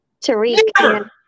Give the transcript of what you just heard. Tariq